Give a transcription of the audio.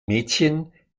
mädchen